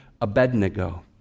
Abednego